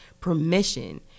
permission